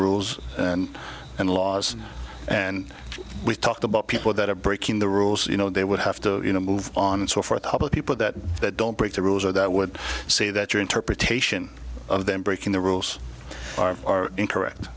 rules and laws and we talked about people that are breaking the rules you know they would have to you know move on and so forth public people that don't break the rules or that would say that your interpretation of them breaking the rules are or incorrect